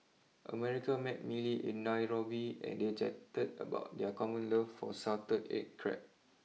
America met Millie in Nairobi and they chatted about their common love for Salted Egg Crab